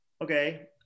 okay